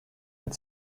and